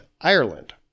Ireland